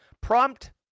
Prompt